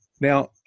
now